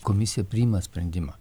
komisija priima sprendimą